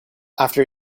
after